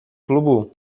klubu